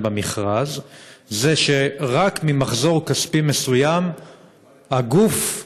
במכרז זה שרק ממחזור כספי מסוים הגוף,